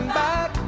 back